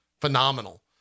phenomenal